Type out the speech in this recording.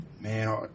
Man